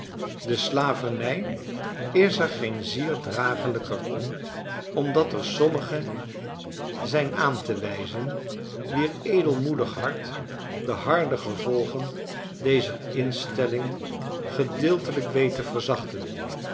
de slavernij is er geen zier draaglijker om omdat er sommigen zijn aan te wijzen wier edelmoedig hart de harde gevolgen dezer instelling gedeeltelijk weet te verzaohten